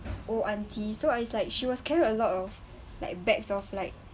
old auntie so uh it's like she was carrying a lot of like bags of like